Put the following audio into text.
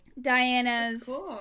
Diana's